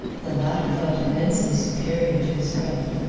the latter felt immensely superior to his friend,